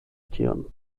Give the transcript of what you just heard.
tion